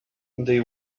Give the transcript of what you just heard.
they